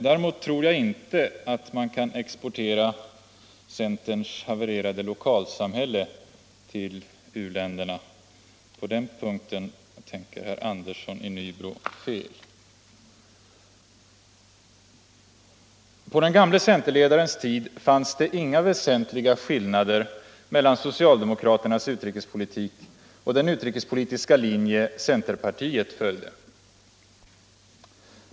Däremot tror jag inte att man kan exportera centerns havererade lokalsamhälle till u-länderna. På den punkten tänker herr Andersson i Nybro fel. På den gamle centerledarens tid fanns det inga väsentliga skillnader mellan socialdemokraternas utrikespolitik och den utrikespolitiska linje centerpartiet följde.